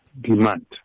demand